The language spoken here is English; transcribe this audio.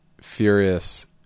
Furious